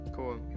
Cool